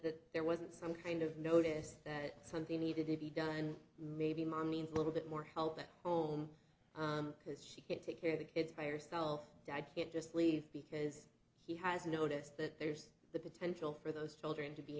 that there wasn't some kind of notice that something needed to be done maybe mom means little bit more help at home because she can't take care of the kids by herself dad can't just leave because he has noticed that there's the potential for those children to be